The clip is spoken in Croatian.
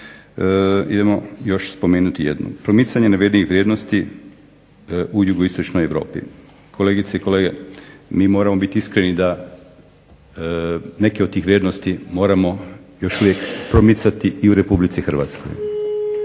Idemo još spomenuti jednu. Promicanje navedenih vrijednosti u Jugoistočnoj Europi. Kolegice i kolege, mi moramo biti iskreni da neke od tih vrijednosti moramo još uvijek promicati i u RH kada su